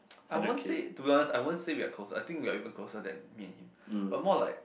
I won't say to be honest I won't say we are closer I think we are even closer than me and him but more like